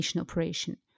operation